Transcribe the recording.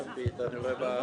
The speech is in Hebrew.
אתה מתנגד?